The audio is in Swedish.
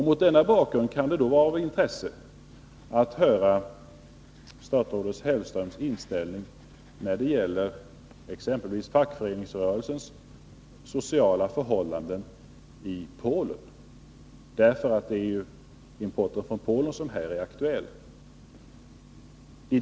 Mot den bakgrunden kan det vara av intresse att få veta statsrådet Hellströms inställning när det gäller exempelvis fackföreningsrörelsens sociala förhållanden i Polen — det är ju import från Polen som här är aktuell.